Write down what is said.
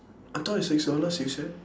I thought it's six dollars you said